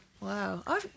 Wow